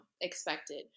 expected